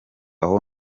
aho